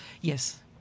Yes